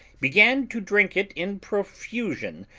began to drink it in profusion,